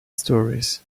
stories